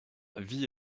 vie